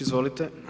Izvolite.